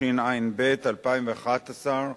התשע"ב 2011,